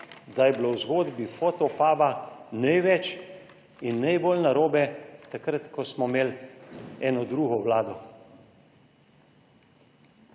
da je bilo v zgodbi Fotopuba največ in najbolj narobe takrat, ko smo imeli eno drugo Vlado.